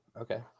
okay